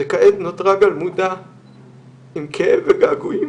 שכעת נותרה גלמודה עם כאב וגעגועים